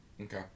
Okay